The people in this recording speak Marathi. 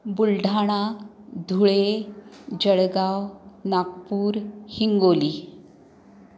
बुलढाणा धुळे जळगाव नागपूर हिंगोली